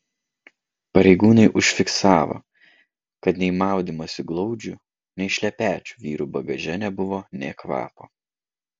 pareigūnai užfiksavo kad nei maudymosi glaudžių nei šlepečių vyrų bagaže nebuvo nė kvapo